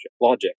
logic